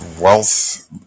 wealth